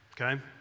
okay